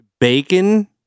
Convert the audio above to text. Bacon